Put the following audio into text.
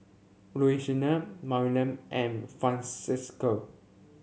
Louisiana Maryann and Francesca